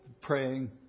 praying